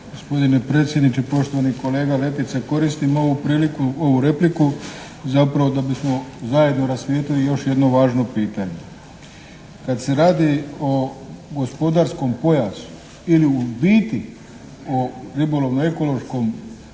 Gospodine predsjedniče. Poštovani kolega Letica, koristim ovu repliku zapravo da bismo zajedno rasvijetlili još jedno važno pitanje. Kad se radi o gospodarskom pojasu ili u biti o ribolovno-ekološkom pojasu